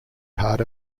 part